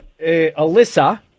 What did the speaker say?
Alyssa